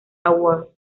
awards